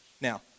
Now